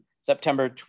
September